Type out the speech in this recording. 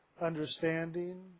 understanding